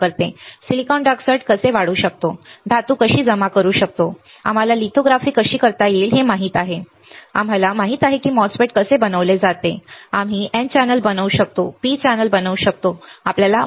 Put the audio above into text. आम्हाला माहित आहे की आम्ही सिलिकॉन डायऑक्साइड कसे वाढवू शकतो आम्हाला माहित आहे की आम्ही धातू कशी जमा करू शकतो आम्हाला लिथोग्राफी कशी करता येईल हे माहित आहे आम्हाला माहित आहे की ए MOSFET कसे बनवले जाते आम्ही N चॅनेल बनवू शकतो आम्ही P चॅनेल बनवू शकतो आम्हाला कमी माहित आहे MOSFET